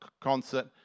concert